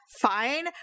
fine